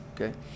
okay